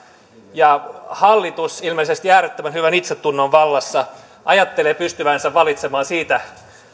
ja hallitus ilmeisesti äärettömän hyvän itsetunnon vallassa ajattelee pystyvänsä valitsemaan siitä